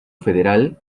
federal